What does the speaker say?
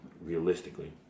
realistically